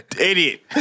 Idiot